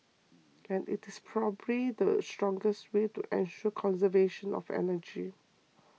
and it's probably the strongest way to ensure conservation of energy